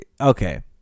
Okay